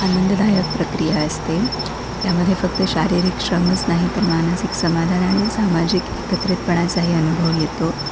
आनंददायक प्रक्रिया असते यामध्ये फक्त शारीरिक श्रमच नाही तर मानसिक समाधान आणि सामाजिक एकत्रितपणाचाही अनुभव येतो